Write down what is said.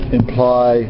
imply